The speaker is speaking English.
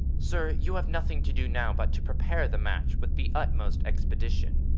sir, you have nothing to do now, but to prepare the match with the utmost expedition.